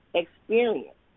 experience